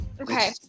Okay